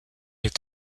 est